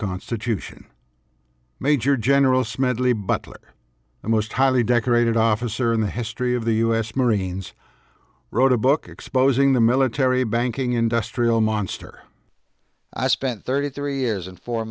constitution major general smedley butler the most highly decorated officer in the history of the us marines wrote a book exposing the military banking industrial monster i spent thirty three years and four